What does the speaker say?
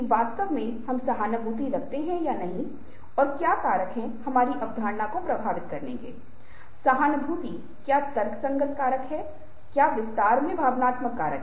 तो यह एक तरह का सबक है जो मैंने वहां से सीखा है कभी कभी धीरज थोड़ी सी सावधानी और थोड़ी सी सावधानी और समझदारी से बातचीत के संदर्भ में एक महत्वपूर्ण सार्थक पारस्परिक संचार होने में एक लंबा रास्ता तय किया जा सकता है